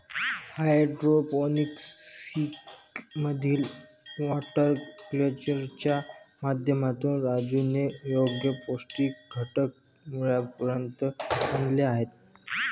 hydroponics मधील water कल्चरच्या माध्यमातून राजूने योग्य पौष्टिक घटक मुळापर्यंत आणले आहेत